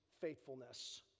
faithfulness